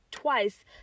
twice